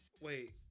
Wait